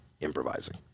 improvising